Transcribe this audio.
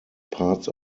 parts